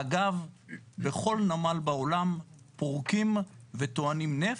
אגב, בכל נמל בעולם, פורקים וטוענים נפט,